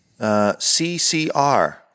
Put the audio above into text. CCR